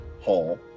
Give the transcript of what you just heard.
hall